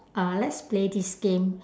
uh let's play this game